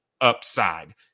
upside